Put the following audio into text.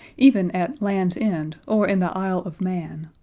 even at land's end or in the isle of man,